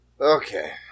Okay